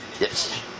Yes